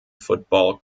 football